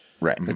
Right